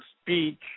speech